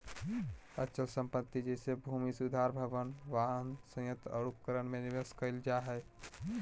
अचल संपत्ति जैसे भूमि सुधार भवन, वाहन, संयंत्र और उपकरण में निवेश कइल जा हइ